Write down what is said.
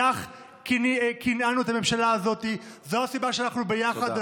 לכך כוננו את הממשלה הזאת, זאת הסיבה שאנחנו ביחד.